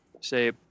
Say